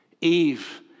Eve